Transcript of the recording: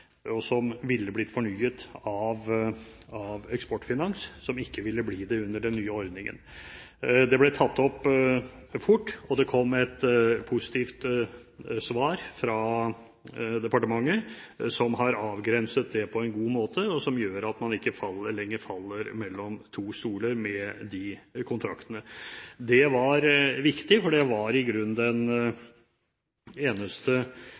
som ville blitt fornyet av Eksportfinans ASA, som ikke ville bli det under den nye ordningen. Det ble tatt opp fort, og det kom et positivt svar fra departementet, som har avgrenset det på en god måte, og som gjør at man ikke lenger faller mellom to stoler med de kontraktene. Det var viktig, for det var i grunn den eneste